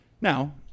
Now